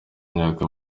myaka